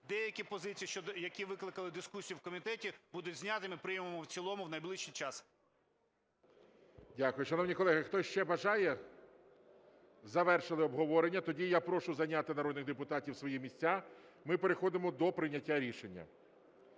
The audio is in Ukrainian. деякі позиції, які викликали дискусію в комітеті, будуть зняті, і ми приймемо в цілому в найближчий час. ГОЛОВУЮЧИЙ. Дякую. Шановні колеги, хтось ще бажає? Завершили обговорення. Тоді я прошу зайняти народних депутатів свої місця, ми переходимо до прийняття рішення.